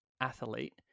athlete